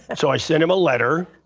and so i sent him a letter,